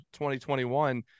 2021